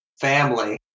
family